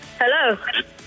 Hello